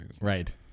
Right